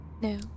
No